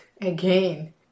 again